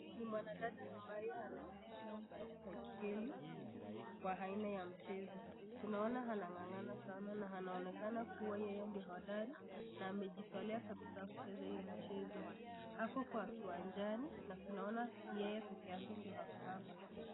Ni mwanadada ambaye anaendesha baiskeli kwa aina ya mchezo. Tunaona anang'ang'ana sana na anaonekana kuwa yeye ndio hodari na amejitolea kabisa kucheza hiyo mchezo. Ako kwa kiwanjani na tunaona ni yeye pekee yake ndio ako hapa.